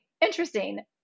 interesting